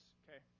okay